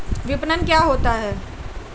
विपणन क्या होता है?